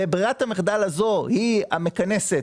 וברירת במחדל הזו היא המכנסת